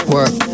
Work